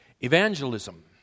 Evangelism